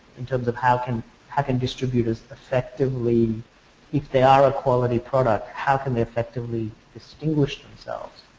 in terms of how can how can distributors effectively if they are ah quality product how can they effectively distinguished themselves.